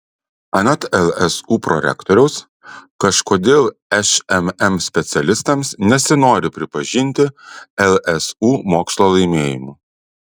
anot lsu prorektoriaus kažkodėl šmm specialistams nesinori pripažinti lsu mokslo laimėjimų